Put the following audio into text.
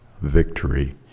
victory